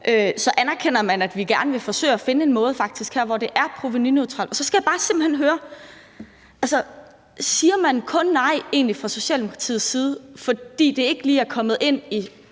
Så anerkender man, at vi faktisk gerne vil forsøge at finde en måde at gøre det på, som er provenuneutralt? Så skal jeg simpelt hen bare høre: Siger man egentlig kun nej fra Socialdemokratiets side, fordi det ikke lige er kommet ind i